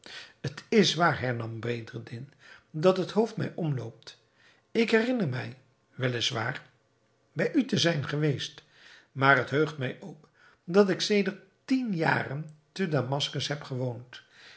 het is waar hernam bedreddin dat het hoofd mij omloopt ik herinner mij wel is waar bij u te zijn geweest maar het heugt mij ook dat ik sedert tien jaren te damaskus heb gewoond